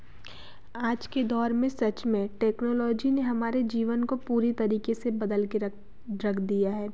आज के दौर में सच में टेक्नोलॉजी ने हमारे जीवन को पूरे तरीके से बदल कर रख रख दिया है